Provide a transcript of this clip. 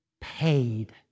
paid